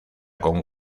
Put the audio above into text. con